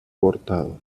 cortado